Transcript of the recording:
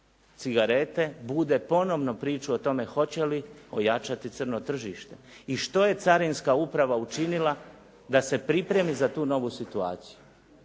cigarete bude ponovno priču o tome hoće li ojačati crno tržište i što je Carinska uprava učinila da se pripremi za tu novu situaciju.